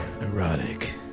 erotic